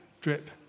drip